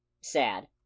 sad